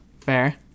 Fair